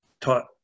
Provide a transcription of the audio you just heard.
taught